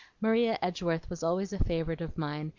maria edgeworth was always a favorite of mine,